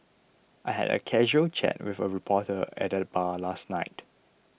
I had a casual chat with a reporter at the bar last night